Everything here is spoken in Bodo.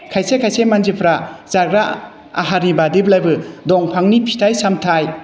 खायसे खायसे मानसिफ्रा जाग्रा आहारनि बादैब्लाबो दंफांनि फिथाइ सामथाय